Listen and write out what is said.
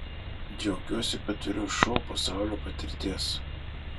džiaugiuosi kad turiu šou pasaulio patirties